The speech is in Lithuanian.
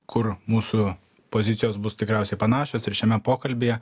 kur mūsų pozicijos bus tikriausiai panašios ir šiame pokalbyje